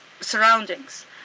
surroundings